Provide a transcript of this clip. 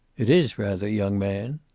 it is, rather, young man.